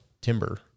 timber